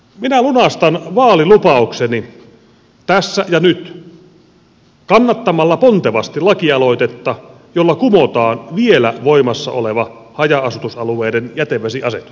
minä lunastan vaalilupaukseni tässä ja nyt kannattamalla pontevasti lakialoitetta jolla kumotaan vielä voimassa oleva haja asutusalueiden jätevesiasetus